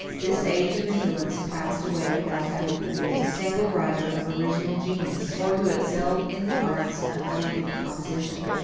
this age of indolence passed away without having produced a single writer of original genius, or who excelled in the arts of elegant composition.